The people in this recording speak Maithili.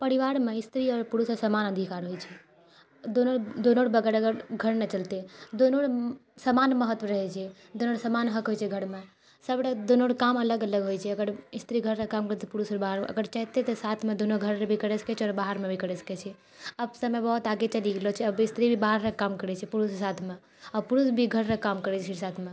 परिवारमे स्त्री और पुरुष र समान अधिकार होइ छै दोनो दोनो र बगैर अगर घर नै चलतै दोनो र समान महत्त्व रहै छै दोनो र समान हक होइ छै घरमे सब र दोनो र काम अलग अलग होइ छै अगर स्त्री घरके काम करतै तऽ पुरुष बाहरो र अगर चाहतै तऽ साथमे दोनो घरमे भी करय सकै छै और बाहरमे भी करय सकै छै अब समय बहुत आगे चलि गेलो छै अब स्त्री भी बाहर र काम करै छै पुरुषके साथमे और पुरुष भी घर र काम करै छै स्त्री र साथमे